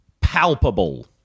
palpable